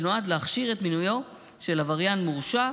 שנועד להכשיר את מינויו של עבריין מורשע,